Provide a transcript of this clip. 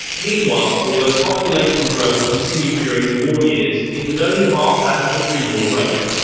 meanwhile, although population growth continued during the war years, it was only half that of the prewar rate.